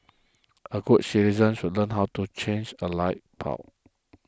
all good citizens should learn how to change a light bulb